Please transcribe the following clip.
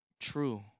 true